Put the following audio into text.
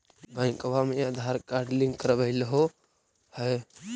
बैंकवा मे Aadhaar card link करवैलहो है?